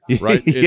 right